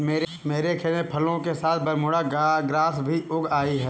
मेरे खेत में फसलों के साथ बरमूडा ग्रास भी उग आई हैं